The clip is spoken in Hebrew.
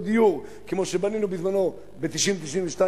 דיור כמו שבנינו בזמנו ב-1990 1992,